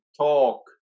talk